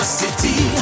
city